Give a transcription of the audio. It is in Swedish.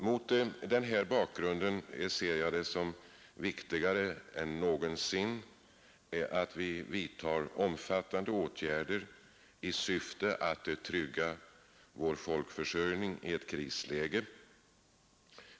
Mot denna bakgrund ser jag det som viktigare än någonsin att vi vidtar omfattande åtgärder i syfte att trygga folkförsörjningen i ett krisläge.